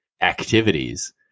activities